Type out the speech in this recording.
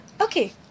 Okay